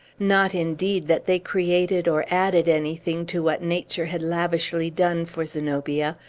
not, indeed, that they created or added anything to what nature had lavishly done for zenobia.